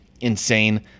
insane